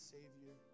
Savior